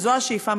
וזו השאיפה,